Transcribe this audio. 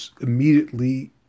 Immediately